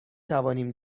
توانیم